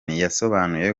yasobanuye